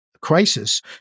crisis